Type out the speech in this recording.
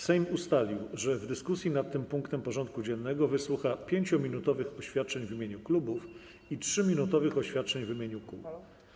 Sejm ustalił, że w dyskusji nad tym punktem porządku dziennego wysłucha 5-minutowych oświadczeń w imieniu klubów i 3-minutowych oświadczeń w imieniu kół.